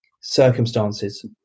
circumstances